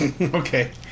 Okay